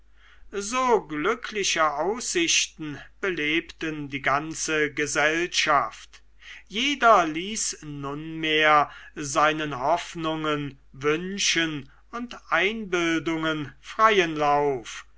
so glückliche aussichten belebten die ganze gesellschaft jeder ließ nunmehr seinen hoffnungen wünschen und einbildungen freien lauf